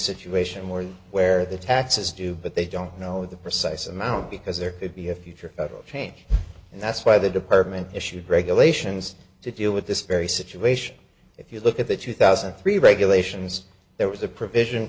situation where where the taxes due but they don't know the precise amount because there could be a future change and that's why the department issued regulations to deal with this very situation if you look at the two thousand and three regulations there was a provision